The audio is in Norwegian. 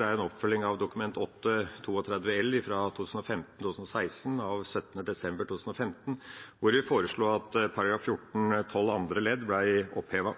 en oppfølging av Dokument 8:32 L for 2015–2016 av 17. desember 2015, hvor vi foreslo at § 14-12 andre ledd ble opphevet.